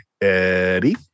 Eddie